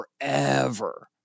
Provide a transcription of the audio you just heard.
forever